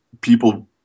people